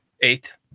Eight